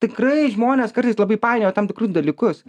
tikrai žmonės kartais labai painioja tam tikrus dalykus